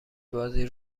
بازی